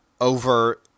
over